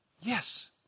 Yes